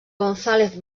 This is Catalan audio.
gonzález